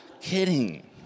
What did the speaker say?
Kidding